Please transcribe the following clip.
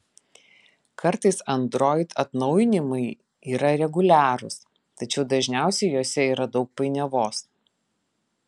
kartais android atnaujinimai yra reguliarūs tačiau dažniausiai juose yra daug painiavos